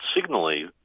signally